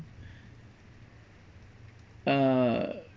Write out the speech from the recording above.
uh